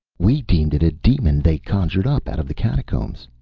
we deemed it a demon they conjured up out of the catacombs!